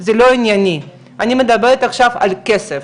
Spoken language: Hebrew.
זה לא ענייני, אני מדברת עכשיו על כסף,